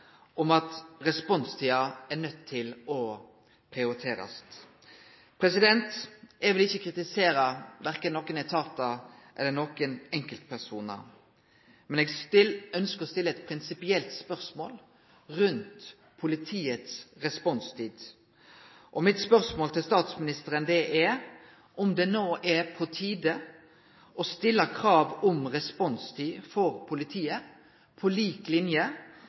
om at me er nøydd til å prioritere responstida. Eg vil ikkje kritisere verken etatar eller enkeltpersonar, men eg ønskjer å stille eit prinsipielt spørsmål om politiets responstid. Mitt spørsmål til statsministeren er om det no er på tide å stille krav om responstid for politiet på lik linje